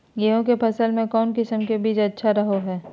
गेहूँ के फसल में कौन किसम के बीज अच्छा रहो हय?